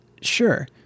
Sure